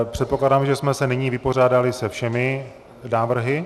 Předpokládám, že jsme se nyní vypořádali se všemi návrhy.